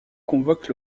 convoque